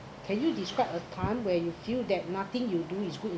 can you describe a time where you feel that nothing you do is good